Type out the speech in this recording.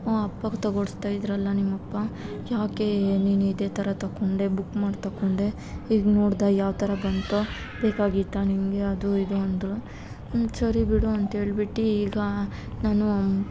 ಅಪ್ಪಗೆ ತಗೋಡ್ಸ್ತಾ ಇದ್ದರಲ್ಲ ನಿಮ್ಮಪ್ಪ ಯಾಕೆ ನೀನು ಇದೇ ಥರ ತೊಕೊಂಡೆ ಬುಕ್ ಮಾಡಿ ತೊಕೊಂಡೆ ಈಗ ನೋಡ್ದಾ ಯಾವ ಥರ ಬಂತು ಬೇಕಾಗಿತ್ತಾ ನಿನಗೆ ಅದು ಇದು ಅಂದರು ಹ್ಞೂ ಸರಿ ಬಿಡು ಅಂತೇಳ್ಬಿಟ್ಟು ಈಗ ನಾನು